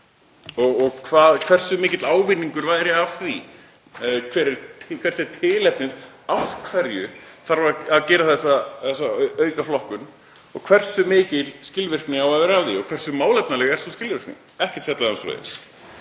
og hversu mikill ávinningur væri af því. Hvert er tilefnið? Af hverju þarf að gera þessa aukaflokkun og hversu mikil skilvirkni á að vera af því og hversu málefnaleg er sú skilvirkni? Ekkert fjallað um svoleiðis.